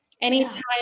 Anytime